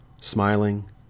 smiling